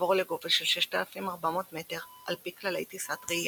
לעבור לגובה של 6,400 מטר על פי כללי טיסת ראייה.